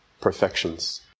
perfections